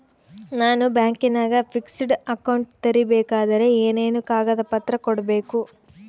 ನಾನು ಬ್ಯಾಂಕಿನಾಗ fixed account ತೆರಿಬೇಕಾದರೆ ಏನೇನು ಕಾಗದ ಪತ್ರ ಕೊಡ್ಬೇಕು?